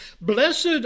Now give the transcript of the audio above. Blessed